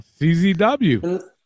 CZW